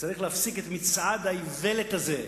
צריך להפסיק את מצעד האיוולת הזה.